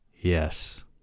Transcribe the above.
Yes